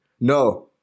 No